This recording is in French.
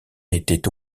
n’était